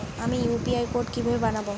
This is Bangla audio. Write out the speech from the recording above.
আমি ইউ.পি.আই কোড কিভাবে বানাব?